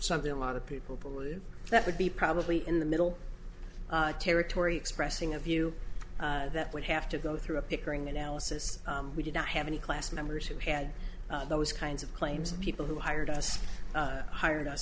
something a lot of people believe that would be probably in the middle territory expressing a view that would have to go through a pickering analysis we did not have any class members who had those kinds of claims of people who hired us hired